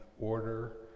order